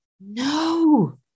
No